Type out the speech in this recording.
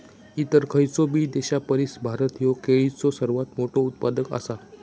इतर खयचोबी देशापरिस भारत ह्यो केळीचो सर्वात मोठा उत्पादक आसा